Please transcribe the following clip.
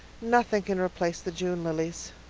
nothing can replace the june lilies.